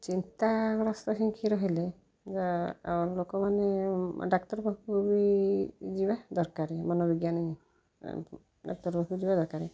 ଚିନ୍ତାଗ୍ରସ୍ତ ହେଇକି ରହିଲେ ଲୋକମାନେ ଡାକ୍ତର ପାଖକୁ ବି ଯିବା ଦରକାର ମନୋବିଜ୍ଞାନୀ ଡାକ୍ତର ପାଖକୁ ଯିବା ଦରକାର